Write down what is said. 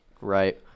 Right